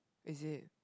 is it